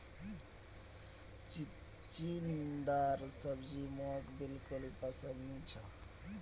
चिचिण्डार सब्जी मोक बिल्कुल पसंद नी छ